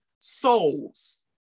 souls